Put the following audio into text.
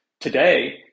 today